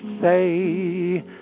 say